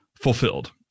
fulfilled